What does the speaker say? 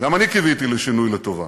גם אני קיוויתי לשינוי לטובה.